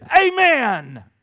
amen